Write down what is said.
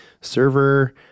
server